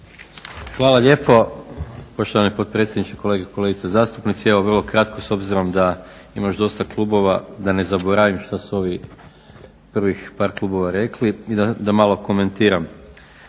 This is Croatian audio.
Hvala lijepo. Poštovani potpredsjedniče, kolegice i kolege zastupnici. Evo vrlo kratko s obzirom da ima još dosta klubova da ne zaboravim šta su ovi prvih par klubova rekli i da malo komentiram.